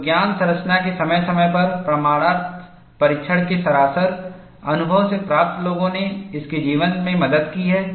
तो ज्ञान संरचना के समय समय पर प्रमाणर्थ परीक्षण के सरासर अनुभव से प्राप्त लोगों ने इसके जीवन में मदद की है